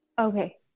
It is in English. Okay